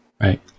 Right